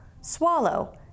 swallow